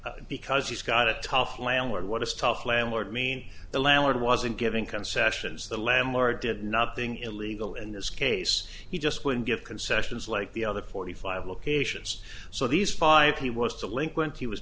five because he's got a tough landlord what is tough landlord mean the landlord wasn't giving concessions the landlord did nothing illegal in this case he just wouldn't give concessions like the other forty five locations so these five he was to link when he was